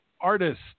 artist